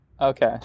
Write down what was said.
Okay